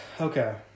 Okay